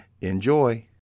Enjoy